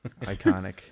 iconic